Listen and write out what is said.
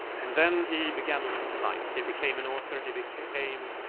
and then he began a life. he became an author. he became